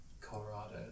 Colorado